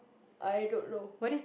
I don't know